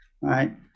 right